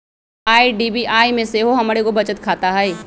IDBI में सेहो हमर एगो बचत खता हइ